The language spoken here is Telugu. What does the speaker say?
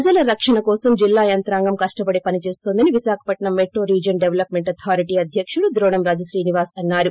ప్రజల రక్షణ కోసం జిల్లా యంత్రాంగం కష్టపడి పనిచేస్తోందని Visakhapatnam metro region development authority అధ్యకుడు ద్రోణంరాజు శ్రీనివాస్ అన్నారు